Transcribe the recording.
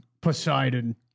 Poseidon